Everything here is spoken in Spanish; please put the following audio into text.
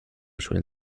suelen